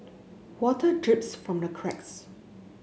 water drips from the cracks